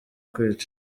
kwica